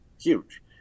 huge